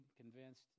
convinced